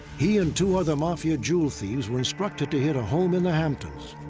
he and two other mafia jewel thieves were instructed to hit a home in the hamptons.